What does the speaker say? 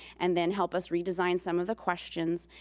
and then help us redesign some of the questions,